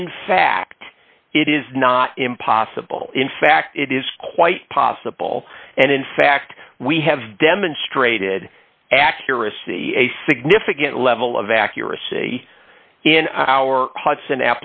in fact it is not impossible in fact it is quite possible and in fact we have demonstrated accuracy a significant level of accuracy in our h